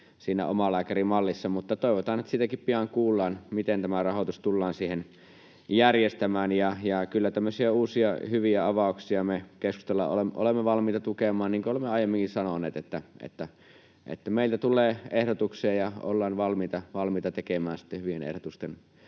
siinä omalääkärimallissa. Mutta toivotaan, että siitäkin pian kuullaan, miten rahoitus tullaan siihen järjestämään. Kyllä tämmöisiä uusia, hyviä avauksia me keskustassa olemme valmiita tukemaan, niin kuin olemme aiemminkin sanoneet, että meiltä tulee ehdotuksia ja ollaan valmiita tekemään sitten hyvien ehdotusten